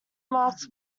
marked